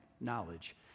knowledge